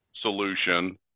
solution